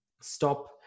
stop